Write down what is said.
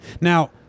Now